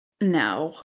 no